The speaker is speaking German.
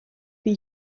wir